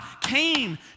came